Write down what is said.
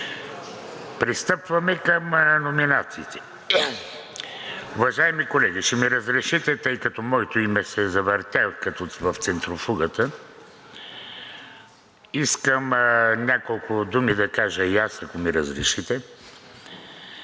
Пристъпваме към номинациите. Уважаеми колеги, ще ми разрешите, тъй като моето име се завъртя като в центрофугата, искам няколко думи да кажа и аз, ако ми разрешите.